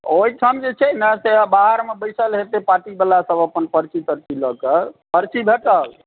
ओहिठाम जे छै ने बाहरमे बैसल हेतै पार्टी वाला सभ अपन पर्ची लऽ कऽ पर्ची भेटल